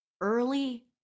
early